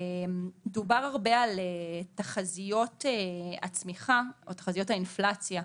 דובר הרבה על תחזיות הצמיחה או תחזיות האינפלציה,